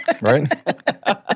right